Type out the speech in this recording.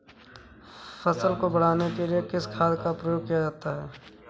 फसल को बढ़ाने के लिए किस खाद का प्रयोग किया जाता है?